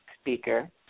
speaker